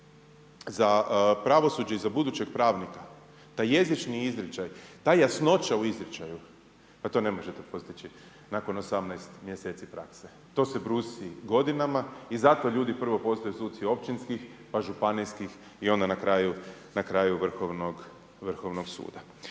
za pravosuđe i za budućeg pravnika taj jezični izričaj, ta jasnoća u izričaju a to ne možete postići nakon 18 mjeseci prakse. To se brusi godinama i zato ljudi prvo postaju suci općinskih pa županijskih i onda na kraju, na kraju Vrhovnog suda.